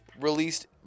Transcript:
released